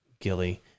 Gilly